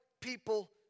people